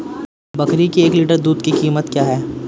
बकरी के एक लीटर दूध की कीमत क्या है?